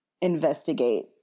investigate